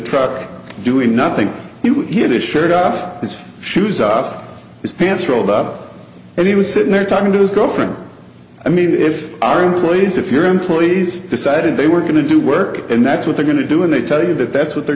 truck doing nothing you would hear the shirt off his shoes off his pants rolled up and he was sitting there talking to his girlfriend i mean if our employees if your employees decided they were going to do work and that's what they're going to do when they tell you that that's what they're